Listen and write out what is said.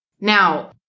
Now